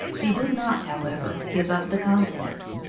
he did not, however, give up the contest.